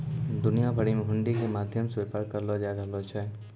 दुनिया भरि मे हुंडी के माध्यम से व्यापार करलो जाय रहलो छै